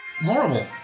Horrible